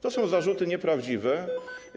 To są zarzuty nieprawdziwe.